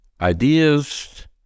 ideas